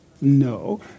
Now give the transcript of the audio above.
No